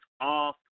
off